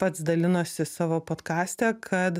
pats dalinosi savo podkaste kad